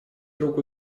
друг